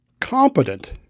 competent